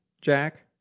Jack